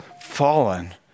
fallen